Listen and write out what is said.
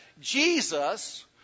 Jesus